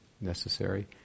necessary